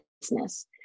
business